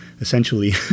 essentially